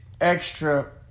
extra